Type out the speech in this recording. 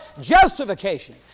justification